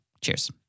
Cheers